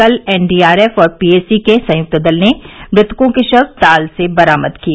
कल एनडीआरएफ और पीएसी के संयुक्त दल ने मृतकों के शव ताल से बरामद किए